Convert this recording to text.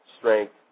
strength